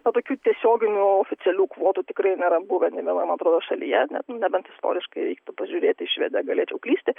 na tokių tiesioginių oficialių kvotų tikrai nėra buvę nė vienoj man atrodo šalyje nebent istoriškai reiktų pažiūrėti į švediją galėčiau klysti